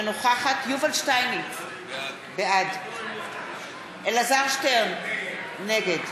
אינה נוכחת יובל שטייניץ, בעד אלעזר שטרן, נגד